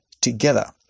together